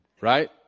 right